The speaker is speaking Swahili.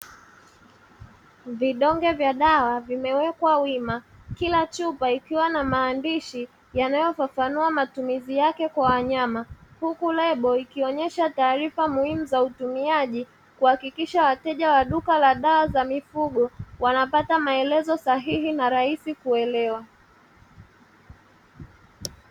Vidoge vya dawa vimewekwa wima, kila chupa ikiwa na maandishi yanayofafanua matumizi yake kwa wanyama huku lebo ikionyesha taarifa muhimu za utumiaji kuhakikisha wateja wa duka la dawa za mifungo wanapata maelezo sahihi na rahisi kuelewa.